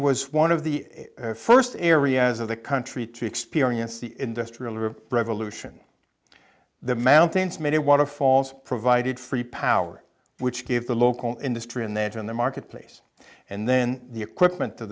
was one of the first areas of the country to experience the industrial revolution the mountains made waterfalls provided free power which gave the local industry and they had in the marketplace and then the equipment